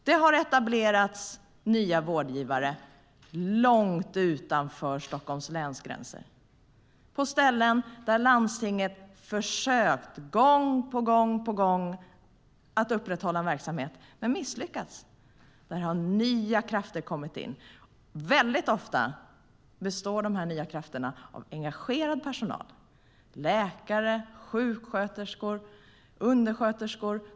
Det har etablerats nya vårdgivare långt utanför Stockholms läns gränser, på ställen där landstinget gång på gång har försökt att upprätthålla en verksamhet men misslyckats. Där har nya krafter kommit in. Ofta består de här nya krafterna av engagerad personal - läkare, sjuksköterskor och undersköterskor.